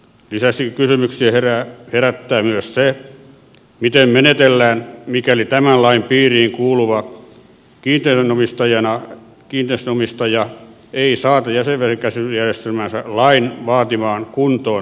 lisäksi kysymyksiä herättää myös se miten menetellään mikäli tämän lain piiriin kuuluva kiinteistönomistaja ei saata jätevesien käsittelyjärjestelmäänsä lain vaatimaan kuntoon määräajassa